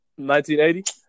1980